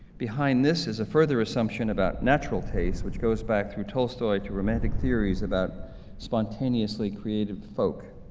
behind this is a further assumption about natural taste which goes back through tolstoy to romantic theories about spontaneously created folk.